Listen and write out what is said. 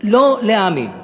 לא להאמין.